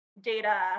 data